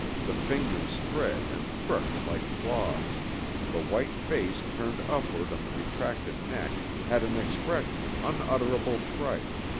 the fingers spread and crooked like claws the white face turned upward on the retracted neck had an expression of unutterable fright,